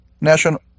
National